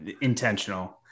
Intentional